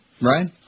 right